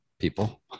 people